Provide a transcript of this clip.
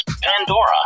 Pandora